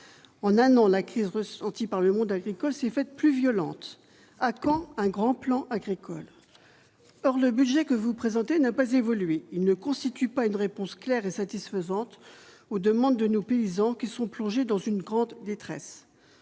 en un an, l'accuse ressenti par le monde agricole s'est faite plus violente : à quand un grand plan agricole, or le budget que vous présentez n'a pas évolué, il ne constitue pas une réponse claire et satisfaisante aux demandes de nos paysans qui sont plongés dans une grande détresse